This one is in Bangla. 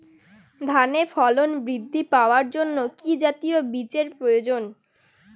ধানে ফলন বৃদ্ধি পাওয়ার জন্য কি জাতীয় বীজের প্রয়োজন?